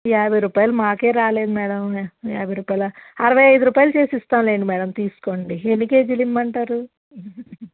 యాభై రూపాయలు మాకే రాలేదు మేడం యాభై రూపాయల అరవై ఐదు రూపాయలు చేసి ఇస్తాలేండి మేడం తీసుకోండి ఎన్ని కేజీలు ఇవ్వమంటారు